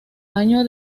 año